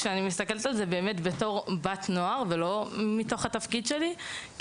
כשאני מסתכלת על זה לפי הגיל שלא ולא מתוקף התפקיד שלי,